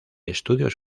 estudios